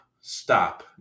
stop